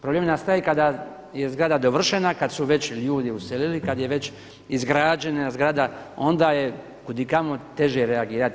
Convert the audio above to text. Problem nastaje kada je zgrada dovršena, kada su već ljudi uselili, kada je već izgrađena zgrada onda je kudikamo teže reagirati.